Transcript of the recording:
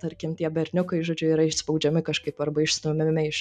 tarkim tie berniukai žodžiu yra išspaudžiami kažkaip arba išstumiami iš